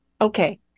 Okay